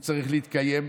הוא צריך להתקיים,